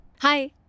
Hi